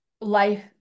Life